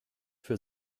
für